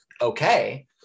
okay